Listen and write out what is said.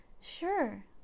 Sure